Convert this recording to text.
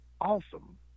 awesome